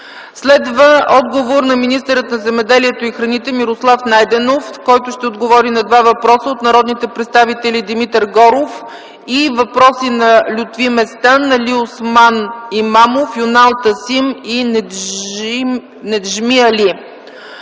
Следва отговор на министъра на земеделието и храните Мирослав Найденов, който ще отговори на два въпроса от народните представители Димитър Горов и въпроси на Лютви Местан, Алиосман Имамов, Юнал Тасим и Неджми Али.